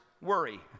worry